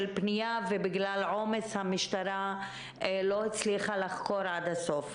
פנייה ובגלל עומס המשטרה לא הצליחה לחקור עד הסוף.